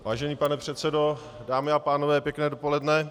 Vážený pane předsedo, dámy a pánové, pěkné dopoledne.